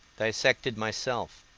dissected myself,